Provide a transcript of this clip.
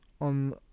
on